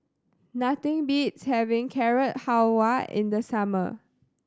nothing beats having Carrot Halwa in the summer